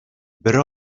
бер